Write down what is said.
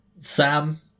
Sam